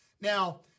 Now